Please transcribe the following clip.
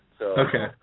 Okay